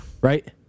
Right